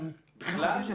בכלל?